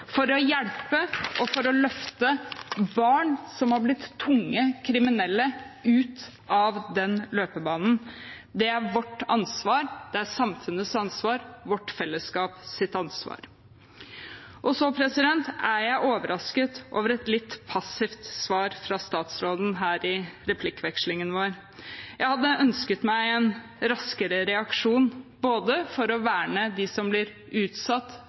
for å hjelpe og for å løfte barn som har blitt tungt kriminelle, ut av den løpebanen. Det er vårt ansvar, det er samfunnets ansvar, vårt fellesskaps ansvar. Så er jeg overrasket over et litt passivt svar fra statsråden her i replikkvekslingen vår. Jeg hadde ønsket meg en raskere reaksjon både for å verne dem som blir utsatt